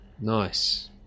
Nice